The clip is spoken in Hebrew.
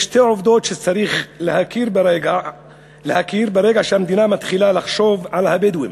יש שתי עובדות שצריך להכיר ברגע שהמדינה מתחילה לחשוב על הבדואים.